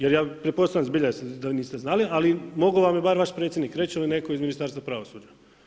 Jer ja pretpostavljam zbilja da niste znali, ali mogao vam je bar vaš predsjednik reći ili netko iz Ministarstva pravosuđa.